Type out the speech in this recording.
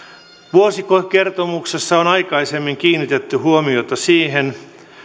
vuosikertomuksessa on aikaisemmin kiinnitetty huomiota siihen